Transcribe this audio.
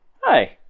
Hi